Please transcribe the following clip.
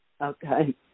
Okay